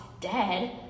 dead